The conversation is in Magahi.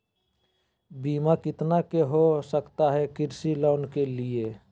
बीमा कितना के हो सकता है कृषि लोन के लिए?